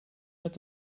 met